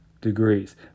degrees